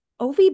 OV